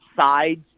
sides